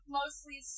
mostly